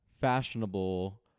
fashionable